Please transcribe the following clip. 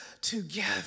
together